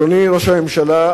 אדוני ראש הממשלה,